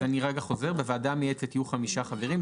אני חוזר: בוועדה המייעצת יהיו חמישה חברים,